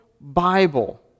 Bible